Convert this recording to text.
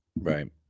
Right